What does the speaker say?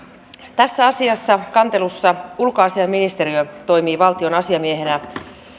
tässä asiassa kantelussa ulkoasiainministeriö toimii suomen valtion asiamiehenä